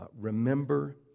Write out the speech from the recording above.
remember